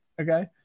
Okay